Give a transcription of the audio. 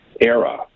era